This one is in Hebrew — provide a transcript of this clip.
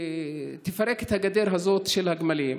תפרק את הגדר הזאת של הגמלים.